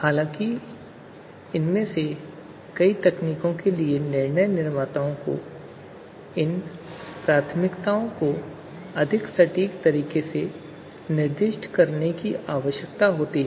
हालांकि इनमें से कई तकनीकों के लिए निर्णय निर्माताओं को इन प्राथमिकताओं को अधिक सटीक तरीके से निर्दिष्ट करने की आवश्यकता होती है